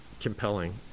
compelling